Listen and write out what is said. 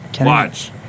watch